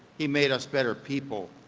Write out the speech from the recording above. he made us better people.